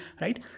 right